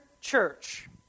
church